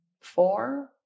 four